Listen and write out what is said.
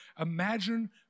imagine